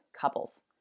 couples